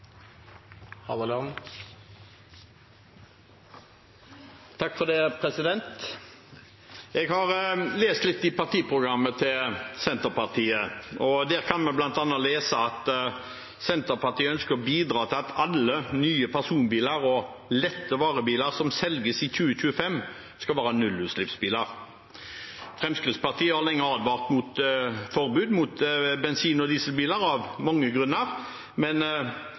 Jeg har lest litt i partiprogrammet til Senterpartiet, og der kan vi bl.a. lese at Senterpartiet ønsker å bidra til at alle nye personbiler og lette varebiler som selges i 2025, skal være nullutslippsbiler. Fremskrittspartiet har lenge advart mot forbud mot bensin- og dieselbiler av mange grunner